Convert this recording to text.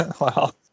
Wow